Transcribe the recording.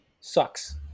sucks